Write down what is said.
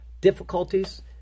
difficulties